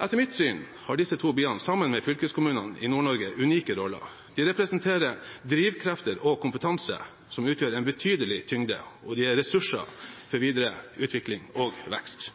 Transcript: Etter mitt syn har disse to byene sammen med fylkeskommunene i Nord-Norge unike roller. De representerer drivkrefter og kompetanse som utgjør en betydelig tyngde, og de er ressurser for videre utvikling og vekst.